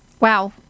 Wow